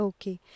Okay